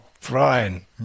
Brian